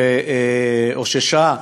שאוששה,